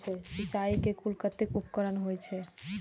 सिंचाई के कुल कतेक उपकरण होई छै?